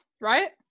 right